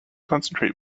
concentrate